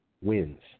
wins